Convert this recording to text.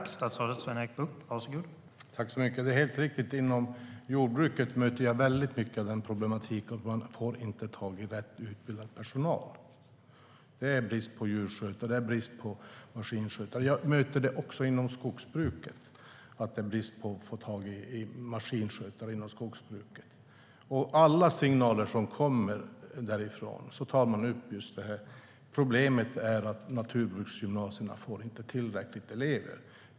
Herr talman! Det är helt riktigt. Inom jordbruket möter jag väldigt mycket problematiken att man inte får tag i rätt utbildad personal. Det är brist på djurskötare och brist på maskinskötare. Jag möter också en brist på maskinskötare inom skogsbruket. Alla i de näringarna tar upp just att problemet är att naturbruksgymnasierna inte får tillräckligt många elever.